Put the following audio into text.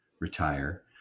RETIRE